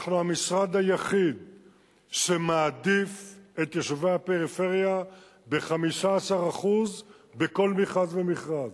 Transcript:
אנחנו המשרד היחיד שמעדיף את יישובי הפריפריה ב-15% בכל מכרז ומכרז.